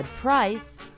Price